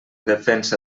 defensa